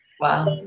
Wow